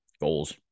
goals